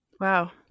Wow